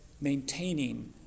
maintaining